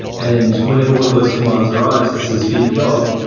and whenever one of those commands arrives that says feed the dog,